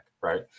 Right